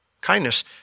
Kindness